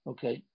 Okay